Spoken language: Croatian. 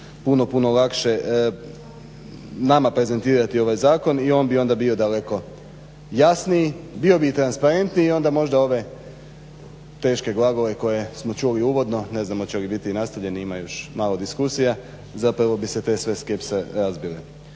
puno, puno lakše nama prezentirati ovaj zakon i on bi onda bio daleko jasniji. Bio bi transparentniji i onda možda ove teške glagole koje smo čuli uvodno, ne znam oće li biti nastavljeni, ima još malo diskusije, zapravo bi se te sve skepse razbile.